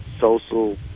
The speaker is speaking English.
social